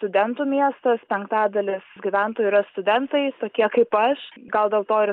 studentų miestas penktadalis gyventojų yra studentai tokie kaip aš gal dėl to ir